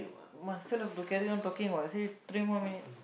must still have to carry on talking one they say three more minutes